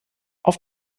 auf